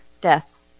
death